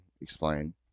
explain